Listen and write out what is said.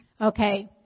Okay